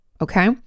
okay